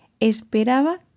esperaba